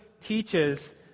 teaches